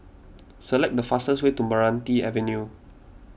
select the fastest way to Meranti Avenue